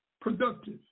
productive